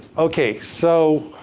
okay, so,